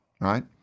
right